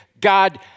God